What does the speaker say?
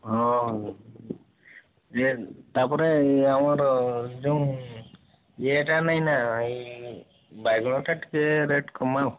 ହଁ ଇଏ ତାପରେ ଇଏ ଆମର ଯେଉଁ ଇଏଟା ନେଇକରି ନା ଏଇ ବାଇଗଣଟା ଟିକେ ରେଟ୍ କମାଅ